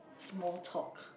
small talk